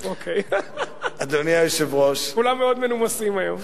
כולם מאוד מנומסים היום.